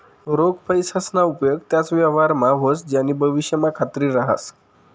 रोख पैसासना उपेग त्याच व्यवहारमा व्हस ज्यानी भविष्यमा खात्री रहास